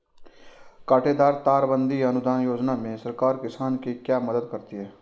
कांटेदार तार बंदी अनुदान योजना में सरकार किसान की क्या मदद करती है?